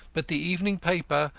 but the evening paper,